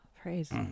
praise